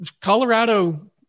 Colorado